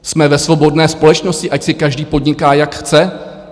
Jsme ve svobodné společnosti, ať si každý podniká, jak chce.